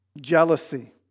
Jealousy